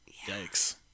Yikes